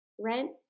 rent